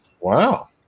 Wow